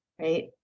right